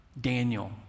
Daniel